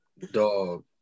dog